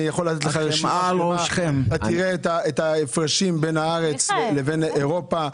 אני יכול לתת לך רשימה ותראה את ההפרשים בין הארץ לבין אירופה.